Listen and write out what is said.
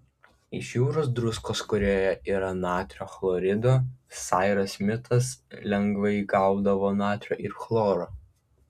iš jūros druskos kurioje yra natrio chlorido sairas smitas lengvai gaudavo natrio ir chloro